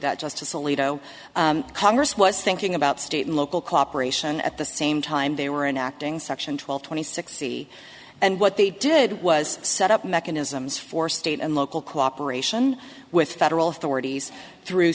that justice alito congress was thinking about state and local cooperation at the same time they were enacting section twelve twenty six c and what they did was set up mechanisms for state and local cooperation with federal authorities through